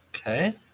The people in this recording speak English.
Okay